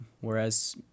Whereas